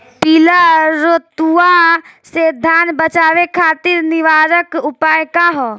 पीला रतुआ से धान बचावे खातिर निवारक उपाय का ह?